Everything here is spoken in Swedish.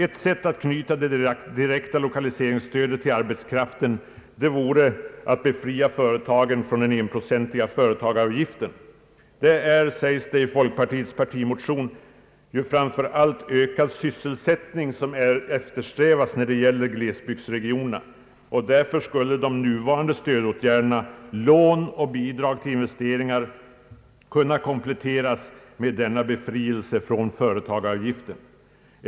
Ett sätt att knyta det direkta lokaliseringsstödet till arbetskraften vore att befria företagen från den enprocentiga arbetsgivaravgiften. Det är, sägs det i folkpartiets partimotion, framför allt ökad sysselsättning som eftersträvas för glesbygdsregionernas del. Därför skulle de nuvarande stödåtgärderna, lån och bidrag till investeringar, kunna kompletteras med den föreslagna befrielsen från arbetsgivaravgiften.